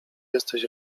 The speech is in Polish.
jesteś